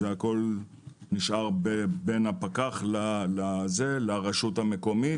זה הכול נשאר בין הפקח לרשות המקומית.